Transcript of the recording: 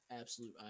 absolute